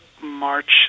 March